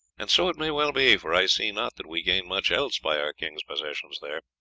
and so it may well be, for i see not that we gain much else by our king's possessions there.